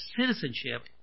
citizenship